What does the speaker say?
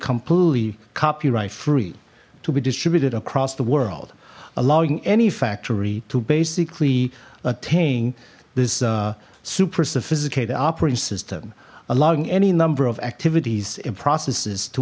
completely copyright free to be distributed across the world allowing any factory to basically attain this super sophisticated operating system allowing any number of activities in processes to